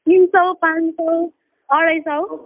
तिन सय पाँच सय अढाई सय